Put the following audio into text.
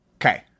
Okay